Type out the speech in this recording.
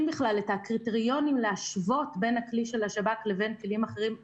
בכלל את הקריטריונים להשוות בין הכלי של השב"כ לבין כלים אחרים,